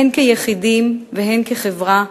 הן כיחידים והן כחברה,